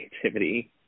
creativity